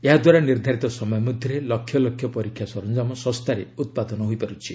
ଏହାଦ୍ୱାରା ନିର୍ଦ୍ଧାରିତ ସମୟ ମଧ୍ୟରେ ଲକ୍ଷ ଲକ୍ଷ ପରୀକ୍ଷା ସରଞ୍ଜାମ ଶସ୍ତାରେ ଉତ୍ପାଦନ ହୋଇପାରୁଛି